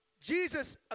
Jesus